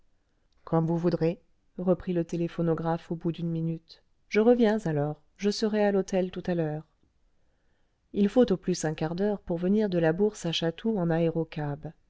comme vous voudrez reprit le téléphonographe au bout d'une minute je reviens alors je serai à l'hôtel tout à l'heure i h faut au plus un quart d'heure pour venir de la bourse à chatou en aérocab